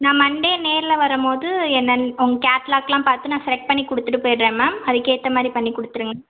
நான் மண்டே நேரில் வரம்போது என்னன்னு உங்கள் கேட்லாக் எல்லாம் பார்த்து நான் செலக்ட் பண்ணி கொடுத்துட்டு போயிடுறேன் மேம் அதுக்கு ஏற்ற மாதிரி பண்ணி கொடுத்துருங்க